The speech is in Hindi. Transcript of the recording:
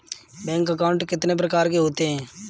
बैंक अकाउंट कितने प्रकार के होते हैं?